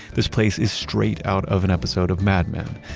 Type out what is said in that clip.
this place is straight out of an episode of mad men.